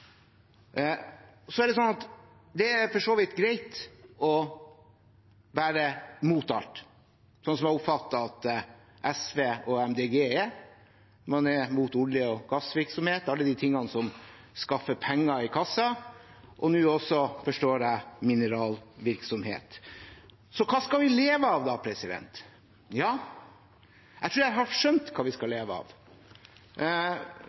for så vidt greit å være imot alt, slik som jeg oppfatter at SV og Miljøpartiet De Grønne er, når man er imot olje- og gassvirksomhet – alt det som skaffer penger i kassen – og nå også mineralvirksomhet, forstår jeg. Men hva skal vi leve av da? Jeg tror jeg har skjønt hva vi skal